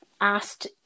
Asked